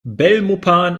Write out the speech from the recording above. belmopan